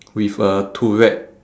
with a turret